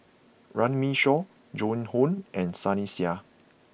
Runme Shaw Joan Hon and Sunny Sia